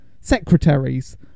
secretaries